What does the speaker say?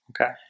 Okay